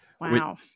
Wow